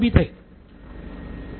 ठीक है